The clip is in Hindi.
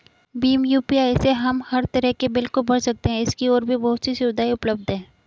भीम यू.पी.आई से हम हर तरह के बिल को भर सकते है, इसकी और भी बहुत सी सुविधाएं उपलब्ध है